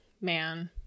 man